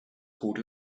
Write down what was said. called